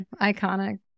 Iconic